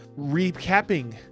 recapping